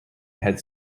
ahead